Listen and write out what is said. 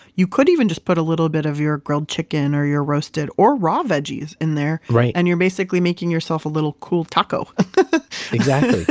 you could even just put a little bit of your grilled chicken or your roasted or raw veggies in there. and you're basically making yourself a little cool taco exactly.